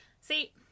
See